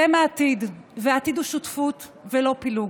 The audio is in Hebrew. אתם העתיד, והעתיד הוא שותפות ולא פילוג.